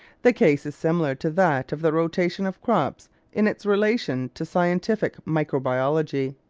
the case is similar to that of the rotation of crops in its relation to scientific microbiology.